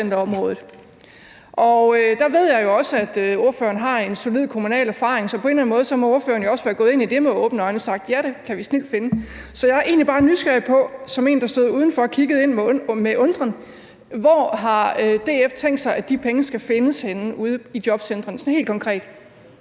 og der ved jeg jo også, at ordføreren har en solid kommunal erfaring. Så på en eller anden måde må ordføreren jo også være gået ind i det med åbne øjne og har sagt: Ja, det kan vi snildt finde. Så jeg er egentlig bare som en, der står udenfor og kigger ind med undren, nysgerrig på, hvor DF har tænkt sig at de penge skal findes henne ude i jobcentrene – sådan helt konkret.